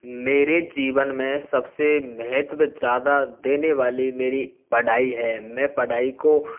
मेरे जीवन में सबसे महत्व ज़्यादा देने वाली मेरी पढ़ाई है मैं पढ़ाई को